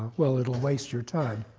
well, it'll waste your time,